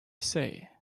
say